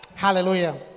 Hallelujah